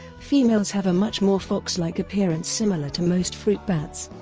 females have a much more fox-like appearance similar to most fruit bats.